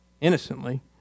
innocently